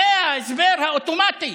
זה ההסבר האוטומטי,